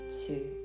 two